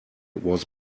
was